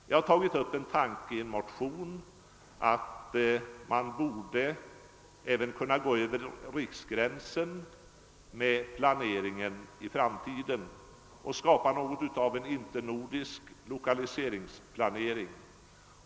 Jag har i en motion tagit upp tanken att man även borde kunna gå över riksgränsen vid den framtida planeringen och skapa något av en internordisk 1okaliseringsplanering.